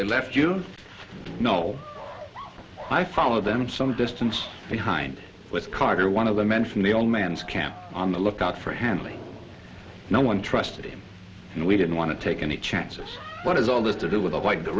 they left you know i followed them some distance behind with carter one of the men from the old man's camp on the lookout for handley no one trusted him and we didn't want to take any chances what is all this to do with